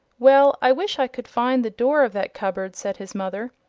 well, i wish i could find the door of that cupboard, said his mother.